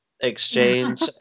exchange